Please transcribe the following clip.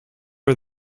are